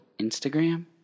Instagram